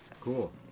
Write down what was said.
Cool